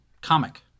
comic